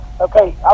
Okay